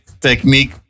technique